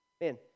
Man